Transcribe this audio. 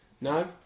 No